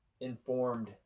informed